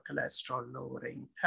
cholesterol-lowering